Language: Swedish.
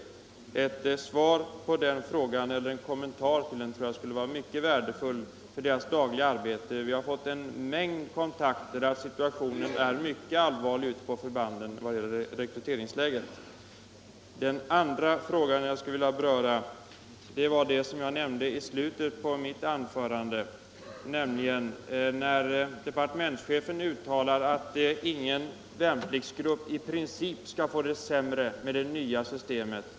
En kommentar på den punkten tror jag skulle vara mycket värdefull för deras dagliga arbete. En mängd kontakter tyder på att rekryteringssituationen är mycket allvarlig ute på förbanden. Vidare vill jag ställa en fråga till försvarsministern med anledning av hans uttalande att ingen värnpliktsgrupp i princip skall få det sämre med det nya systemet.